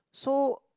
so